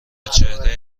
چهره